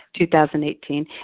2018